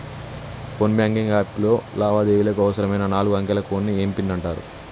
phone banking app లో లావాదేవీలకు అవసరమైన నాలుగు అంకెల కోడ్ని ఏం పిన్ అంటారు